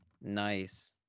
Nice